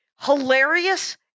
hilarious